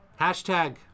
Hashtag